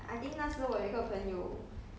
mm 他们我们的 office 是玩这个的